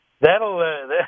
That'll